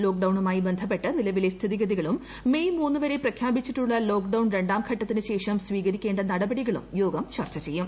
ലോക്ഡൌണുമായി ബന്ധപ്പെട്ട് നിലവിലെ സ്ഥിതിഗതികളും മെയ് മൂന്ന് വരെ പ്രഖ്യാപിച്ചിട്ടുള്ള ലോക്ഡൌൺ രാണ്ടം ഘട്ടത്തിനു ശേഷം സ്വീകരിക്കേണ്ട നടപടികളും യോഗം ചർച്ചു ചെയ്യും